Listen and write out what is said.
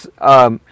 Yes